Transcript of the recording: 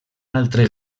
altre